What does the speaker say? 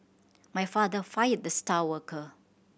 my father fired the star worker